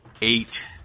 eight